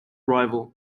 rival